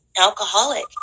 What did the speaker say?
alcoholic